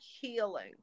healing